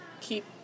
keep